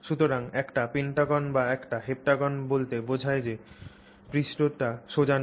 সুতরাং একটি পেন্টাগন বা একটি হেপ্টাগন বলতে বোঝায় যে পৃষ্ঠটি সোজা নয়